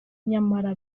nyamara